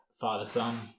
father-son